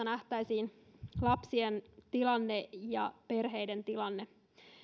nähtäisiin lapsien ja perheiden tilanne